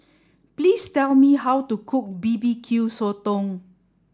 please tell me how to cook B B Q sotong